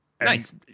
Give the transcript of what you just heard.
Nice